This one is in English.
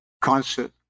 concert